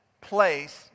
place